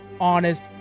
honest